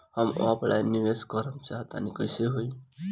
हम ऑफलाइन निवेस करलऽ चाह तनि कइसे होई?